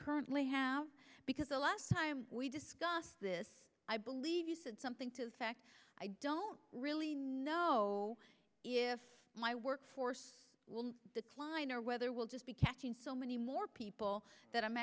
currently have because the last time we discussed this i believe you said something to the fact i don't really know if my workforce will decline or whether we'll just be catching so many more people that i'm